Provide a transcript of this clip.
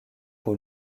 pour